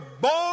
born